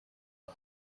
aho